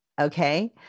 Okay